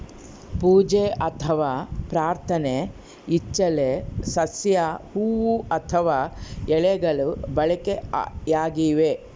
ಪೂಜೆ ಅಥವಾ ಪ್ರಾರ್ಥನೆ ಇಚ್ಚೆಲೆ ಸಸ್ಯ ಹೂವು ಅಥವಾ ಎಲೆಗಳು ಬಳಕೆಯಾಗಿವೆ